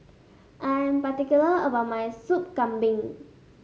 I am particular about my Sup Kambing